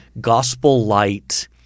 gospel-light